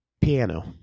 Piano